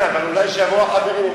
כן, אבל אולי כשיבואו החברים.